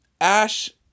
Ash